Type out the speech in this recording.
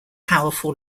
powerful